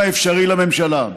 בהקדם האפשרי לממשלה.